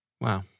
Wow